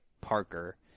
Parker